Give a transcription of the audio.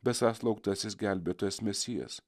besąs lauktasis gelbėtojas mesijas